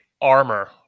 armor